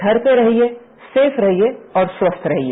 घर पर रहिए सेफ रहिए और स्वस्थ रहिए